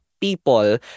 people